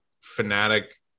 fanatic